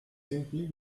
simply